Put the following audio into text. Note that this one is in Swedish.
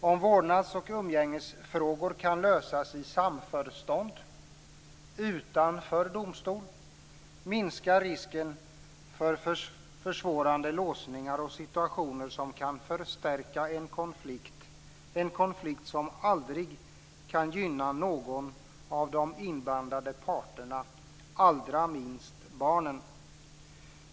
Om vårdnads och umgängesfrågor kan lösas i samförstånd, utanför domstol, minskar risken för försvårande låsningar och situationer som kan förstärka en konflikt, en konflikt som aldrig kan gynna någon av de inblandade parterna, allra minst barnen.